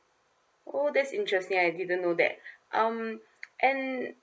oh that's interesting I didn't know that um and